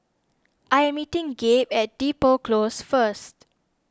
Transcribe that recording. I'm meeting Gabe at Depot Close first